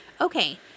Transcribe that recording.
Okay